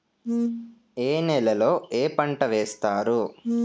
ఏ నేలలో ఏ పంట వేస్తారు?